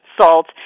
salt